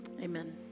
Amen